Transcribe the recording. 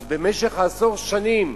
אז במשך עשר שנים,